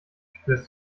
spürst